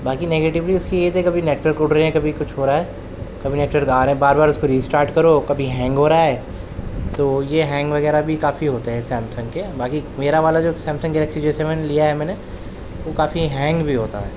باقی نگیٹیو بھی اس کی یہ تھی کبھی نیٹ ورک اڑ رہے ہیں کبھی کچھ ہو رہا ہے کبھی نیٹ ورک آ رہے ہیں بار بار اس کو ری اسٹارٹ کرو کبھی ہینگ ہو رہا ہے تو یہ ہینگ وغیرہ بھی کافی ہوتے ہیں سیمسنگ کے باقی میرا والا جو سیمسنگ گلیکسی جے سیون لیا ہے میں نے وہ کافی ہینگ بھی ہوتا ہے